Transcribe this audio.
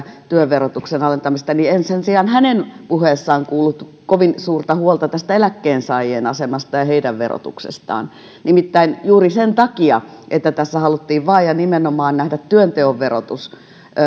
työverotuksen alentamista että en sen sijaan hänen puheessaan kuullut kovin suurta huolta tästä eläkkeensaajien asemasta ja ja heidän verotuksestaan nimittäin juuri sen takia että tässä haluttiin vain ja nimenomaan nähdä työnteon verotus